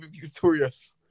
victorious